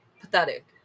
pathetic